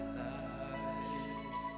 life